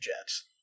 Jets